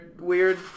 weird